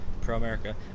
pro-America